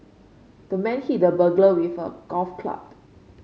the man hit the burglar with a golf club